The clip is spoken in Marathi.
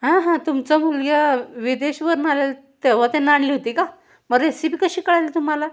हां हां तुमचा मुलगा विदेशावरून आलेला तेव्हा त्यानं आणली होती का मग रेसिपी कशी कळली तुम्हाला